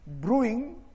brewing